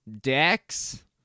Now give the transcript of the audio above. Dex